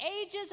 ages